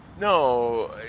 No